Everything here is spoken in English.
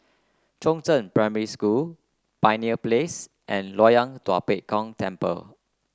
Chongzheng Primary School Pioneer Place and Loyang Tua Pek Kong Temple